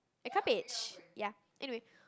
at Cuppage ya anyway